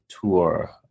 tour